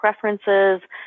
Preferences